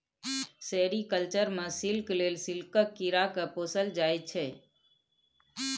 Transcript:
sericulture मे silk लेल सिल्कक कीरा केँ पोसल जाइ छै